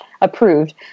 approved